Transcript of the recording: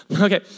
Okay